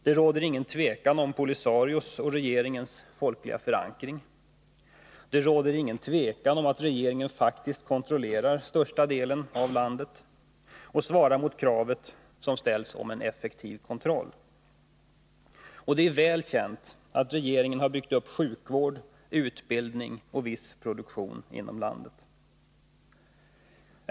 Det råder inget tvivel om Polisarios och regeringens folkliga förankring. Det råder heller inget tvivel om att regeringen faktiskt kontrollerar större delen av landet och svarar upp mot det krav på en effektiv kontroll som ställs. Det är ju väl känt att regeringen har byggt upp sjukvård, utbildning och viss produktion inom landet.